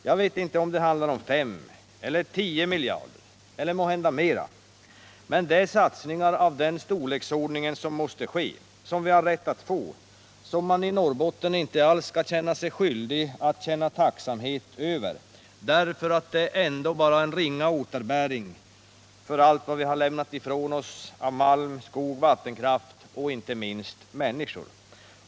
Jag vet inte om det handlar om 5 eller 10 miljarder kronor eller måhända mera, men det är satsningar av den storleksordningen som måste göras, som vi har rätt att få, som vi i Norrbotten inte är skyldiga att känna tacksamhet över — det är bara en ringa återbäring för allt vad vi har lämnat ifrån oss av malm, skog, vattenkraft och inte minst människor.